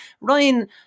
Ryan